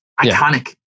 iconic